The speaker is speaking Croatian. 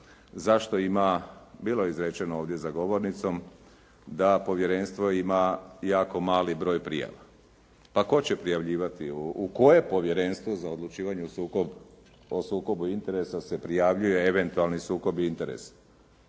zašto ima, bilo je izrečeno ovdje za govornicom da povjerenstvo ima jako mali broj prijava. Pa tko će prijavljivati, u koje Povjerenstvo za odlučivanje o sukobu interesa se prijavljuje eventualni sukob interesa.